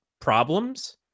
problems